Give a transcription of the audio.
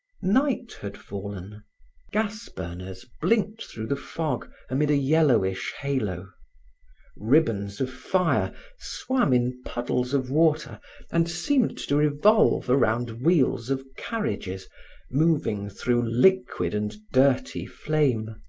night had fallen gas burners blinked through the fog, amid a yellowish halo ribbons of fire swam in puddles of water and seemed to revolve around wheels of carriages moving through liquid and dirty flame.